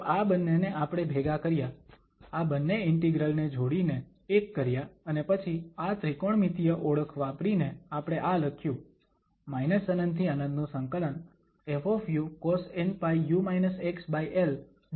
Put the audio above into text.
તો આ બંનેને આપણે ભેગા કર્યા આ બંને ઇન્ટિગ્રલ ને જોડીને એક કર્યા અને પછી આ ત્રિકોણમિતિય ઓળખ વાપરીને આપણે આ લખ્યું ∞∫∞ ƒcosnπu xldu